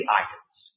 items